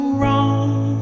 wrong